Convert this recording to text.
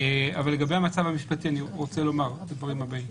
לגבי המצב המשפטי, אני רוצה לומר את הדברים הבאים: